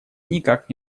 никак